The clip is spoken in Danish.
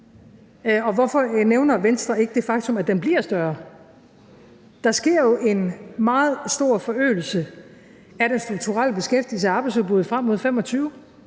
Og hvorfor nævner Venstre ikke det faktum, at den bliver større? Der sker jo en meget stor forøgelse af den strukturelle beskæftigelse i arbejdsudbuddet frem mod 2025